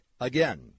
Again